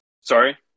sorry